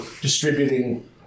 distributing